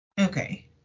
Okay